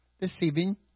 deceiving